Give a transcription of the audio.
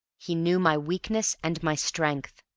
he knew my weakness and my strength,